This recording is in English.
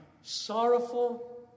sorrowful